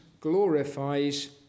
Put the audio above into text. glorifies